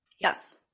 Yes